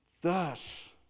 Thus